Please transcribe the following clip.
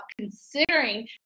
considering